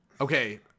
Okay